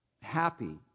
happy